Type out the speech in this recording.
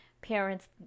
parents